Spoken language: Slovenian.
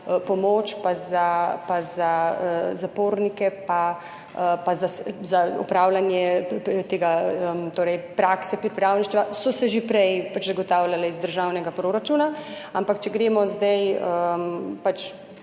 pomoč, za zapornike in za opravljanje prakse, pripravništva, so se že prej zagotavljale iz državnega proračuna, ampak če gremo zdaj